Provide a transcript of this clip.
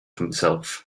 himself